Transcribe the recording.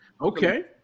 Okay